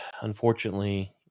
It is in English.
unfortunately